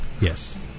Yes